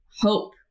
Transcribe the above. hope